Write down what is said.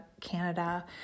canada